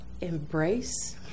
embrace